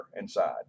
inside